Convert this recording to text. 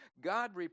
God